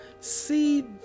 see